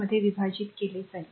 मध्ये विभाजित केले जाईल